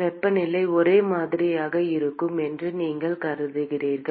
வெப்பநிலை ஒரே மாதிரியாக இருக்கும் என்று நீங்கள் கருதுகிறீர்கள்